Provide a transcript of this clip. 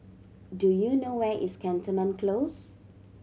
do you know where is Cantonment Close